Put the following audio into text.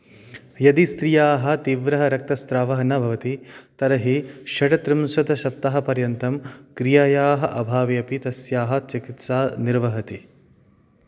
यदि स्त्रियः तीव्रः रक्तस्रावः न भवति तर्हि षड्त्रिंशत् सप्ताहपर्यन्तं क्रियायाः अभावे अपि तस्याः चिकित्सा निर्वहति